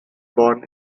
born